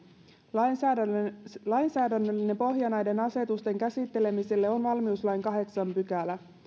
lainsäädännöllinen lainsäädännöllinen pohja näiden asetusten käsittelemiselle on valmiuslain kahdeksas pykälä